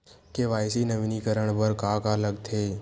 KYC नवीनीकरण बर का का लगथे?